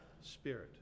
spirit